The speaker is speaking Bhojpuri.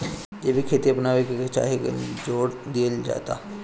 जैविक खेती अपनावे के लोग काहे जोड़ दिहल जाता?